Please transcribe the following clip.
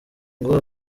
ngo